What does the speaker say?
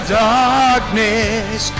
darkness